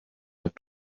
have